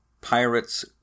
Pirate's